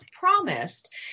promised